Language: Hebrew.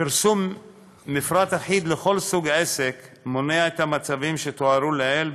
פרסום מפרט אחיד לכל סוג עסק מונע את המצבים שתוארו לעיל,